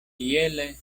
iele